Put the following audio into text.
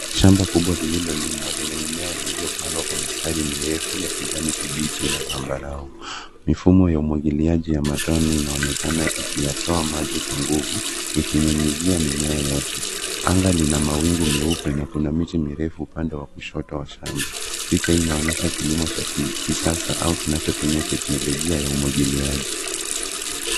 Shamba kubwa lililolimwa lenye mimea iliyopandwa kwa mistari mirefu ya kijani kibichi na zambarau. Mifumo ya umwagiliaji ya matone inanekana ikiyatoa maji kwa nguvu ikinyunyizia mimea yote. Anga lina mawingu meupe na kuna miti mirefu upande wa kushoti wa shamba. Picha hii inaonyesha kilimo cha kisasa au kinachotumia teknolojia ya umwagiliaji.